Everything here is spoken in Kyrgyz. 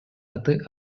аты